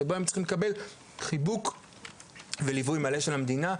שבהם הם צריכים לקבל חיבוק וליווי מלא של המדינה.